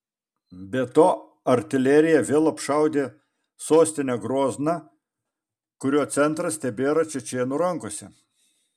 be to artilerija vėl apšaudė sostinę grozną kurio centras tebėra čečėnų rankose